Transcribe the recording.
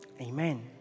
Amen